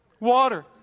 Water